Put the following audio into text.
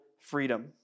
freedom